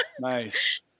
Nice